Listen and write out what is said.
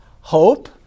hope